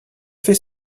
fait